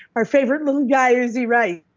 our favorite little guy, uzzi reiss,